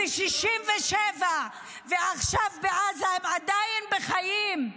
וב-67' ועכשיו בעזה, הם עדיין בחיים,